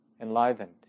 enlivened